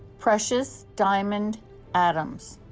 precious diamond adams